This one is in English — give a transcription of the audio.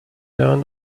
learn